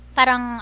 parang